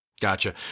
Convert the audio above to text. Gotcha